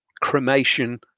cremation